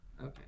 Okay